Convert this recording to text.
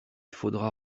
faudra